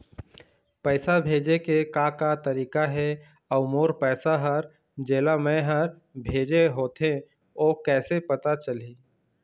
पैसा भेजे के का का तरीका हे अऊ मोर पैसा हर जेला मैं हर भेजे होथे ओ कैसे पता चलही?